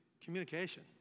Communication